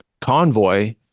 convoy